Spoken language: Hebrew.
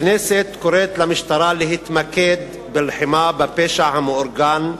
הכנסת קוראת למשטרה להתמקד בלחימה בפשע המאורגן.